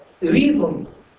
reasons